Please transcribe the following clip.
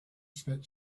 spit